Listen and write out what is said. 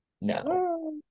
no